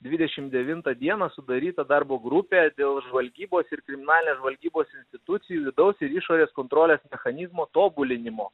dvidešim devintą dieną sudaryta darbo grupė dėl žvalgybos ir kriminalinės žvalgybos institucijų vidaus ir išorės kontrolės mechanizmo tobulinimo